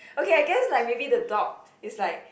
okay I guess like maybe the dog is like